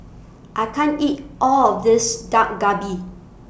I can't eat All of This Dak Galbi